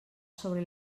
sobre